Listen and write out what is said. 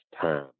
time